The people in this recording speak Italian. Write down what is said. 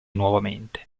nuovamente